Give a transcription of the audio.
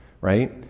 right